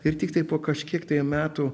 ir tiktai po kažkiek metų